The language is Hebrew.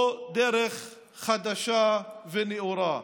או דרך חדשה ונאורה?